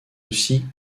aussi